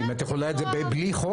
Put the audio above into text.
אם את יכולה את זה בלי חוק,